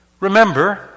Remember